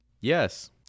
Yes